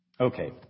Okay